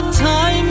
time